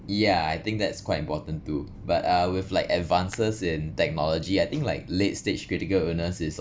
yeah I think that's quite important too but uh with like advances in technology I think like late stage critical illness is